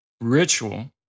ritual